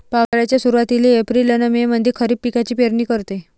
पावसाळ्याच्या सुरुवातीले एप्रिल अन मे मंधी खरीप पिकाची पेरनी करते